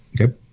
Okay